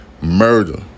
murder